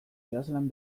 idazlan